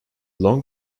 long